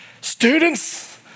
Students